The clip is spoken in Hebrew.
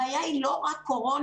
הבעיה היא לא רק קורונה.